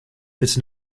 its